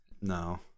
No